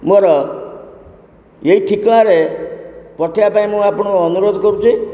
ମୋର ଏଇ ଠିକଣାରେ ପଠେବାପାଇଁ ମୁଁ ଆପଣଙ୍କୁ ଅନୁରୋଧ କରୁଛି